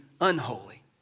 unholy